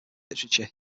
literature